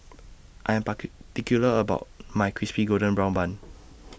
I Am particular about My Crispy Golden Brown Bun